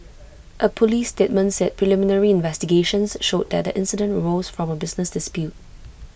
A Police statement said preliminary investigations showed that the incident arose from A business dispute